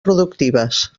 productives